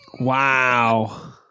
Wow